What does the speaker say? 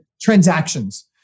transactions